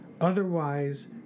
Otherwise